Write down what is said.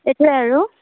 এইটোৱেই আৰু